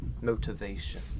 motivation